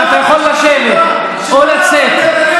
לא יכול לחנך את ילדיו ואת אנשי ביתו לציות לחוקיה.